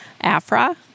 afra